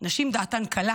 "נשים דעתן קלה"